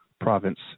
province